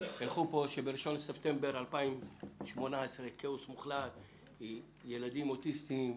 שבראשון 2018 יהיה כאוס מוחלט לגבי ילדים אוטיסטים,